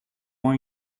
hold